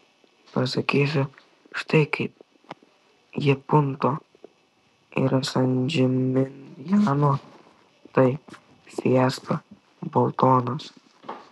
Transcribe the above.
pasakysiu štai kaip jei punto yra san džiminjano tai fiesta boltonas